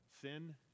sin